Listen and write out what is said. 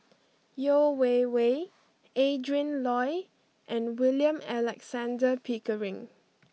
Yeo Wei Wei Adrin Loi and William Alexander Pickering